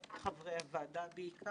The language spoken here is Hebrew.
קובע חובת הנחה בלבד